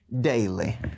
daily